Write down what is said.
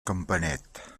campanet